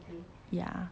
ya